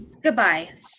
Goodbye